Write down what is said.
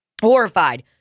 horrified